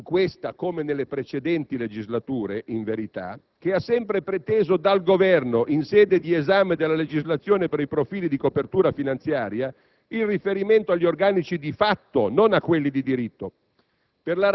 (in questa come nelle precedenti legislature, in verità), che ha sempre preteso dal Governo - in sede di esame della legislazione per i profili di copertura finanziaria - il riferimento agli organici di fatto, non a quelli di diritto,